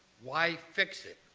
why fix it?